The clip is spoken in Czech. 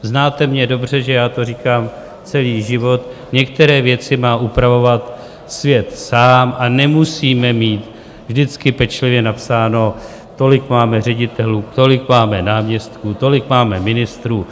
Znáte mě dobře, že já to říkám celý život, některé věci má upravovat svět sám a nemusíme mít vždycky pečlivě napsáno tolik máme ředitelů, tolik máme náměstků, tolik máme ministrů.